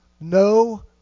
no